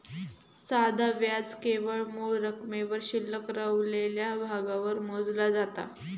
साधा व्याज केवळ मूळ रकमेवर शिल्लक रवलेल्या भागावर मोजला जाता